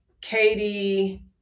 Katie